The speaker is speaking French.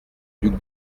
duc